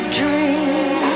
dream